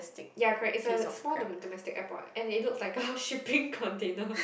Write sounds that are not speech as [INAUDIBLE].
ya correct it's a small domes~ domestic airport and it looks like a [LAUGHS] shipping container